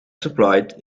supplied